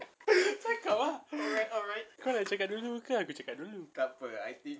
cakap lah kau nak cakap dulu ke aku cakap dulu